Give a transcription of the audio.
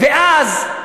ואז,